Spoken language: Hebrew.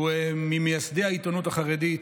הוא ממייסדי העיתונות החרדית,